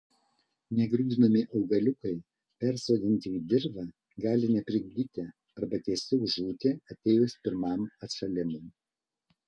negrūdinami augaliukai persodinti į dirvą gali neprigyti arba tiesiog žūti atėjus pirmam atšalimui